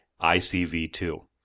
ICV2